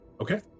Okay